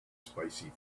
spicy